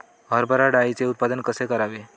हरभरा डाळीचे उत्पादन कसे करावे?